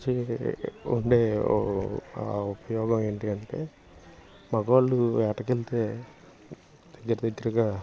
వచ్చే ఉండే ఓ ఆ ఉపయోగం ఏంటి అంటే మగవాళ్ళు వేటకి వెళ్తే దగ్గర దగ్గరగా